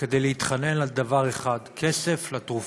כדי להתחנן לדבר אחד, כסף לתרופה.